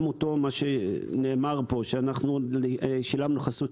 גם מה שנאמר פה ששילמנו חסות.